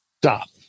stop